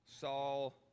Saul